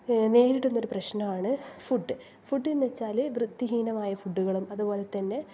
നേരിടുന്ന ഒരു പ്രശ്നമാണ് ഫുഡ് ഫുഡെന്ന് വച്ചാൽ വൃത്തിഹീനമായ ഫുഡുകളും അത് പോലെ തന്നെ